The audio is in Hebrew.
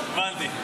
הבנתי.